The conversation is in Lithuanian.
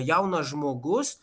jaunas žmogus